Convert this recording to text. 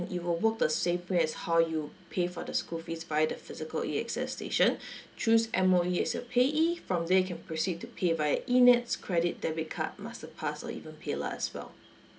you'll walk the same way as how you pay for the school fees via the physical A_X_S station choose M_O_E as your payee from there you can proceed to pay by eNETS credit debit card masterpass or even paylah as well